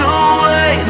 away